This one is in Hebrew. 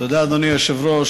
תודה, אדוני היושב-ראש.